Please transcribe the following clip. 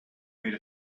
made